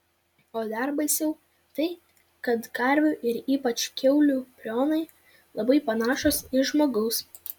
o dar baisiau tai kad karvių ir ypač kiaulių prionai labai panašūs į žmogaus